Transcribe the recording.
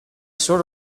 sort